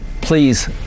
please